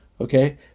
Okay